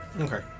Okay